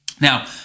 Now